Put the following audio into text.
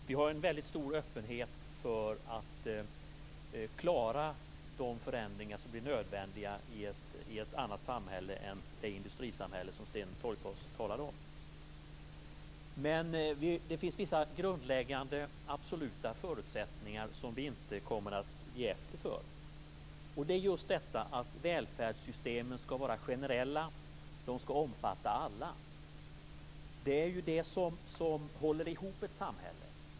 Vi har en väldigt stor öppenhet för att klara de förändringar som blir nödvändiga i ett annat samhälle än det industrisamhälle som Sten Tolgfors talade om. Men det finns vissa grundläggande absoluta förutsättningar som vi inte kommer att ge efter för, och det är just detta att välfärdssystemen skall vara generella. De skall omfatta alla. Det är ju det som håller ihop ett samhälle.